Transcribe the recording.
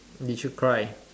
did you cry